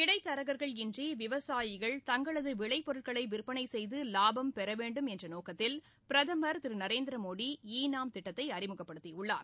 இடைத்தரகர்கள் இன்றி விவசாயிகள் தங்களது விளைப்பொருட்களை விற்பனை செய்து லாபம் பெறவேண்டும் என்ற நோக்கத்தில் பிரதமர் திரு நரேந்திரமோடி ஈ நாம் திட்டத்தை அறிமுகப்படுத்தியுள்ளார்